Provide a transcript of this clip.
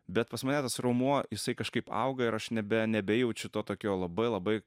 bet pas mane tas raumuo jisai kažkaip auga ir aš nebe nebejaučiu to tokio labai labai